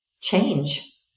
change